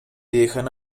dejan